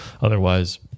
Otherwise